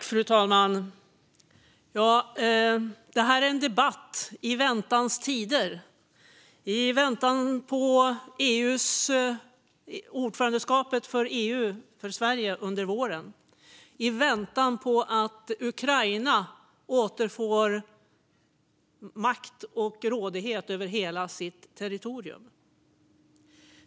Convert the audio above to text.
Fru talman! Det här är en debatt i väntans tider - i väntan på Sveriges ordförandeskap för EU under våren och i väntan på att Ukraina återfår makt och rådighet över hela sitt territorium.